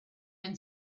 been